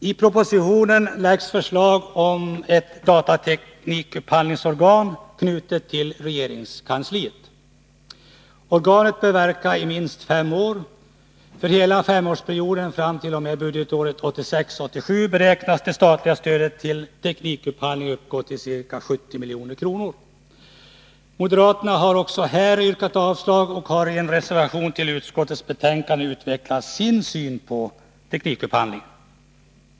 I propositionen föreslås inrättandet av ett organ för teknikupphandling inom dataområdet, knutet till regeringskansliet. Organet bör verka i minst fem år. För hela femårsperioden fram t.o.m. budgetåret 1986/87 beräknas det statliga stödet till teknikupphandling uppgå till ca 70 milj.kr. Moderaterna har också här yrkat avslag och har i en reservation vid utskottets betänkande utvecklat sin syn på teknikupphandlingen.